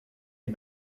les